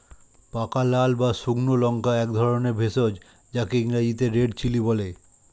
পাকা লাল বা শুকনো লঙ্কা একধরনের ভেষজ যাকে ইংরেজিতে রেড চিলি বলে